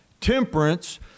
temperance